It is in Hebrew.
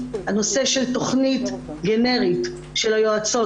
הנושא של תוכנית גנרית של היועצות,